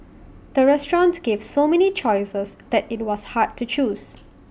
the restaurant gave so many choices that IT was hard to choose